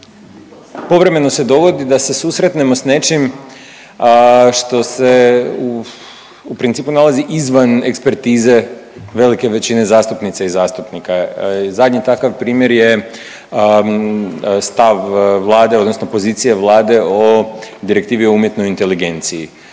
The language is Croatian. povremeno se dogodi da se susretnemo s nečim što se u, u principu nalazi izvan ekspertize velike većine zastupnica i zastupnika, zadnji takav primjer je stav Vlade odnosno pozicija Vlade o Direktivi o umjetnoj inteligenciji.